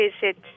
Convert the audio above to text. visit